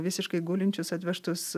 visiškai gulinčius atvežtus